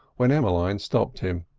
when emmeline stopped him.